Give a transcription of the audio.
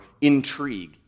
intrigue